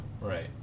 Right